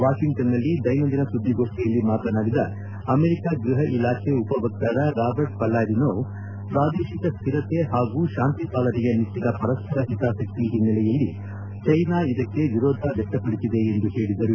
ವಾಷಿಂಗ್ಟನ್ನಲ್ಲಿ ದೈನಂದಿನ ಸುದ್ದಿಗೋಷ್ಠಿಯಲ್ಲಿ ಮಾತನಾಡಿದ ಅಮೆರಿಕ ಗೃಪ ಇಲಾಖೆ ಉಪವಕ್ತಾರ ರಾಬರ್ಟ್ ಪಲ್ಲಾಡಿನೊ ಪ್ರಾದೇಶಿಕ ಸ್ಥಿರತೆ ಹಾಗೂ ಶಾಂತಿ ಪಾಲನೆಯ ನಿಟ್ಟಿನ ಪರಸ್ಪರ ಹಿತಾಸಕ್ತಿ ಹಿನ್ನೆಲೆಯಲ್ಲಿ ಚೀನಾ ಇದಕ್ಕೆ ವಿರೋಧ ವ್ಯಕ್ತಪಡಿಸಿದೆ ಎಂದು ಹೇಳಿದರು